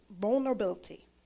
Vulnerability